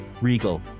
regal